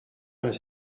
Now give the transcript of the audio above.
vingt